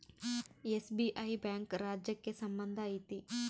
SBI bank ರಾಜ್ಯಕ್ಕೆ ಸಂಬಂಧ ಐತಿ